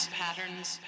patterns